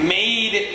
made